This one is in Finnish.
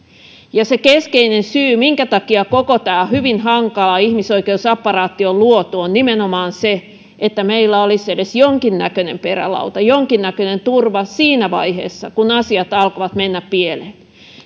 se keskeinen syy minkä takia koko tämä hyvin hankala ihmisoikeusapparaatti on luotu on nimenomaan se että meillä olisi edes jonkinlainen perälauta jonkinnäköinen turva siinä vaiheessa kun asiat alkavat mennä